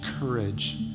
courage